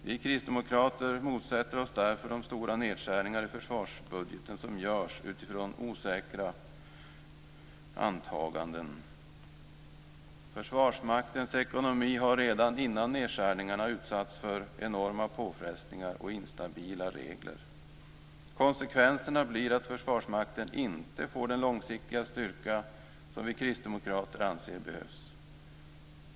Vi kristdemokrater motsätter oss därför de stora nedskärningar i försvarsbudgeten som görs utifrån osäkra antaganden. Försvarsmaktens ekonomi har redan innan nedskärningarna utsatts för enorma påfrestningar och instabila regler. Konsekvensen blir att Försvarsmakten inte får den långsiktiga styrka som vi kristdemokrater anser behövs.